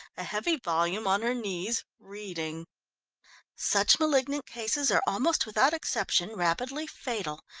a heavy volume on her knees, reading such malignant cases are almost without exception rapidly fatal,